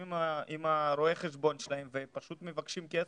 יושבים עם רואה החשבון שלהם ופשוט מבקשים כסף,